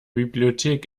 bibliothek